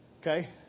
okay